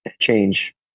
change